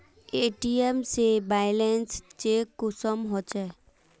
ATM से balance check कुंसम होचे?